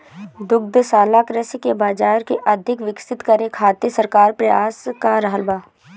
दुग्धशाला कृषि के बाजार के अधिक विकसित करे खातिर सरकार प्रयास क रहल बा